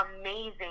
amazing